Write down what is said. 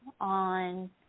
on